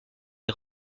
est